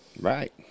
Right